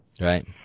Right